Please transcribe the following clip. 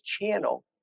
channel